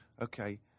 Okay